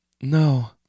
No